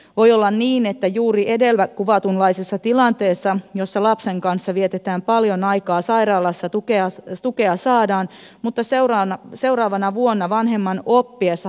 voi olla niin että juuri edellä kuvatun kaltaisessa tilanteessa jossa lapsen kanssa vietetään paljon aikaa sairaalassa tukea saadaan mutta seuraavana vuonna vanhemman oppiessa